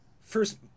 First